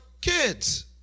kids